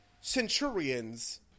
centurions